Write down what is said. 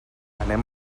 anem